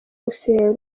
gusenga